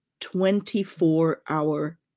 24-hour